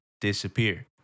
disappear